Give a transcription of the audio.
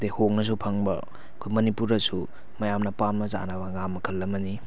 ꯑꯗꯩ ꯍꯣꯡꯅꯁꯨ ꯐꯪꯕ ꯑꯩꯈꯣꯏ ꯃꯅꯤꯄꯨꯔꯗꯁꯨ ꯃꯌꯥꯝꯅ ꯄꯥꯝꯅ ꯆꯥꯅꯕ ꯉꯥ ꯃꯈꯜ ꯑꯃꯅꯤ